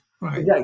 right